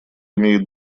имеет